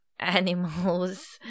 animals